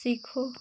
सीखो